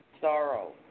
sorrow